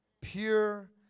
pure